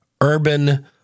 urban